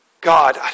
God